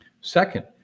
Second